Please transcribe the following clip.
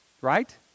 right